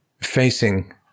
facing